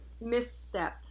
misstep